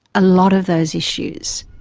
a lot of those issues.